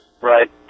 Right